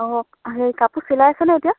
অঁ হেই কাপোৰ চিলাই আছানে এতিয়া